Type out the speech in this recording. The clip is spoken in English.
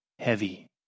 heavy